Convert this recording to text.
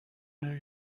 new